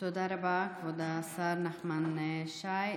תודה רבה, כבוד השר נחמן שי.